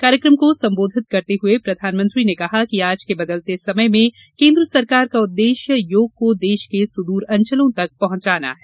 कार्यक्रम को संबोधित करते हुए प्रधानमंत्री ने कहा कि आज के बदलते समय में केन्द्र सरकार का उद्वेश्य योग को देश के सुदूर अंचलों तक पहुंचाना है